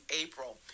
April